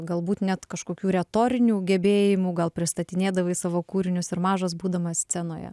galbūt net kažkokių retorinių gebėjimų gal pristatinėdavai savo kūrinius ir mažas būdamas scenoje